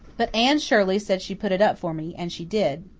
but anne shirley said she'd put it up for me, and she did.